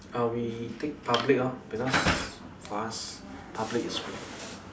uh we take public lor because for us public is free